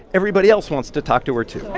everybody else wants to talk to her, too hey,